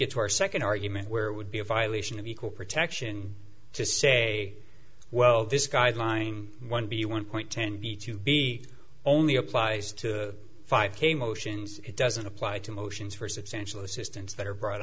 get to our second argument where it would be a violation of equal protection to say well this guideline one b one point ten need to be only applies to five k motions it doesn't apply to motions for substantial assistance that are brought